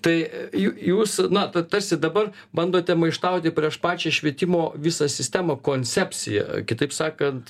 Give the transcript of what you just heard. tai jū jūs na t tarsi dabar bandote maištauti prieš pačią švietimo visą sistemą koncepciją kitaip sakant